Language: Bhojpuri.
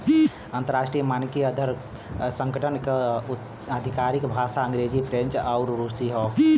अंतर्राष्ट्रीय मानकीकरण संगठन क आधिकारिक भाषा अंग्रेजी फ्रेंच आउर रुसी हौ